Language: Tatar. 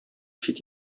чит